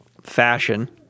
fashion